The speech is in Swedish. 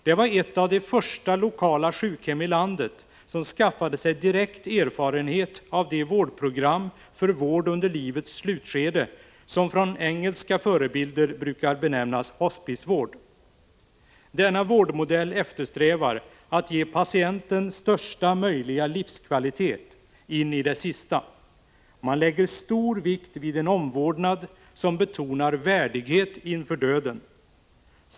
Det var ett av de första lokala sjukhem i landet som skaffade sig direkt erfarenhet av de vårdprogram för vård under livets slutskede som från engelska förebilder brukar benämnas hospice-vård. Denna vårdmodell eftersträvar att ge patienten största möjliga livskvalitet in i det sista. Man lägger stor vikt vid en omvårdnad som betonar värdighet inför döden.